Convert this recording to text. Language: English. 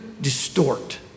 distort